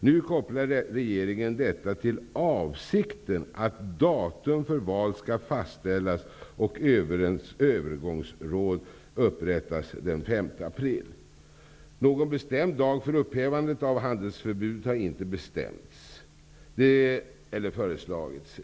Nu kopplade regeringen detta till avsikten att datum för val skall fastställas och övergångsråd upprättas den 5 april. Någon bestämd dag för upphävandet av handelsförbudet har inte bestämts eller föreslagits.